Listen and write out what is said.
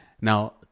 Now